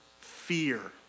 Fear